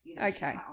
Okay